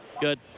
Good